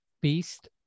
beast